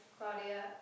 Claudia